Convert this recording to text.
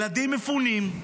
ילדים מפונים,